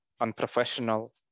unprofessional